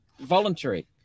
voluntary